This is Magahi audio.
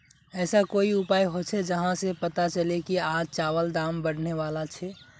ऐसा कोई उपाय होचे जहा से पता चले की आज चावल दाम बढ़ने बला छे?